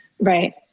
Right